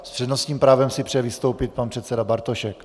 S přednostním právem si přeje vystoupit pan předseda Bartošek.